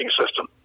system